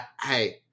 hey